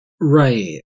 Right